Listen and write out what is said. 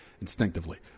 instinctively